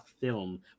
film